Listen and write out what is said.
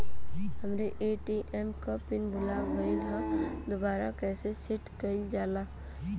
हमरे ए.टी.एम क पिन भूला गईलह दुबारा कईसे सेट कइलजाला?